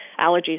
allergies